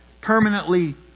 permanently